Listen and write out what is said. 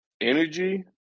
energy